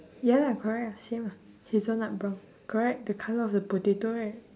ya lah correct lah same lah hazelnut brown correct the colour of a potato right